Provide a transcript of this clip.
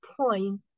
point